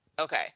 Okay